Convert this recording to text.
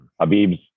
Habib's